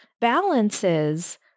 balances